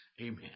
Amen